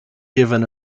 given